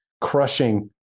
crushing